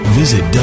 visit